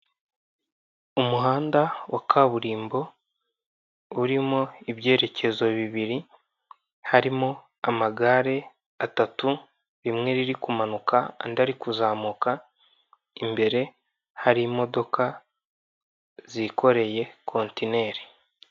Umuhanda wa kaburimbo urimo ibyerekezo bibiri harimo amagare atatu rimwe riri kumanuka andi ari kuzamuka, imbere hari imodoka zikoreye kontineri.